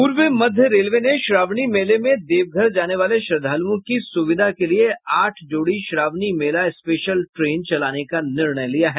पूर्व मध्य रेलवे ने श्रावणी मेले में देवघर जाने वाले श्रद्धालूओं की सूविधा के लिये आठ जोड़ी श्रावणी मेला स्पेशल ट्रेन चलाने का निर्णय लिया है